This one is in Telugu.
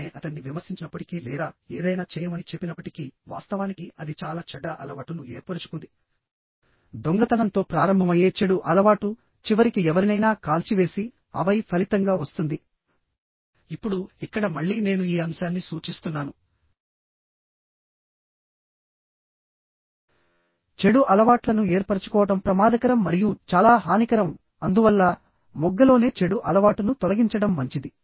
ఆమె అతన్ని విమర్శించినప్పటికీ లేదా ఏదైనా చేయమని చెప్పినప్పటికీవాస్తవానికి అది చాలా చెడ్డ అలవాటును ఏర్పరుచుకుందిదొంగతనంతో ప్రారంభమయ్యే చెడు అలవాటు చివరికి ఎవరినైనా కాల్చివేసిఆపై ఫలితంగా వస్తుంది ఇప్పుడుఇక్కడ మళ్ళీ నేను ఈ అంశాన్ని సూచిస్తున్నాను చెడు అలవాట్లను ఏర్పరచుకోవడం ప్రమాదకరం మరియు చాలా హానికరంఅందువల్లమొగ్గలోనే చెడు అలవాటును తొలగించడం మంచిది